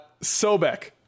Sobek